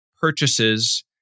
purchases